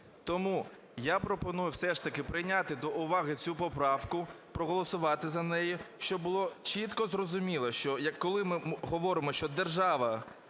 Тому я пропоную все ж таки прийняти до уваги цю поправку, проголосувати за неї, щоб було чітко зрозуміло, що коли ми говоримо, що держава